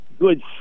good